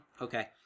Okay